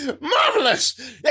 marvelous